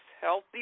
healthy